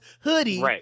hoodie